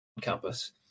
campus